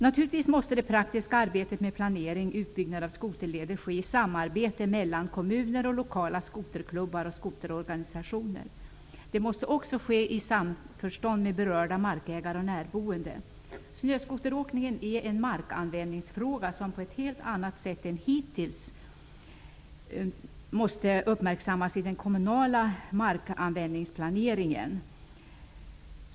Naturligtvis måste det praktiska arbetet med planering och utbyggnad av skoterleder ske i samarbete mellan kommuner, lokala skoterklubbar och skoterorganisationer. Det måste också ske i samförstånd med berörda markägare och närboende. Snöskoteråkningen är en markanvändningsfråga som på ett helt annat sätt än hittills måste uppmärksammas i den kommunala markanvändningsplaneringen.